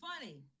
funny